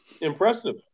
Impressive